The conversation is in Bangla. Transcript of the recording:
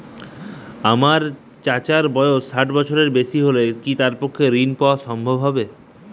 আমার চাচার বয়স ষাট বছরের বেশি হলে কি তার পক্ষে ঋণ পাওয়া সম্ভব হবে?